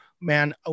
man